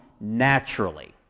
naturally